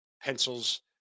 pencils